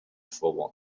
forward